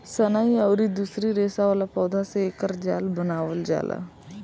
सनई अउरी दूसरी रेसा वाला पौधा से एकर जाल बनावल जाला